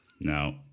No